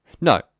No